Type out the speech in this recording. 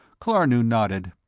klarnood nodded.